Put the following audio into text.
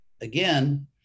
again